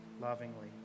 lovingly